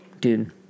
Dude